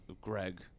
Greg